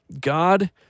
God